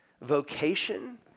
vocation